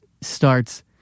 starts